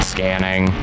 Scanning